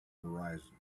horizon